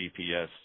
gps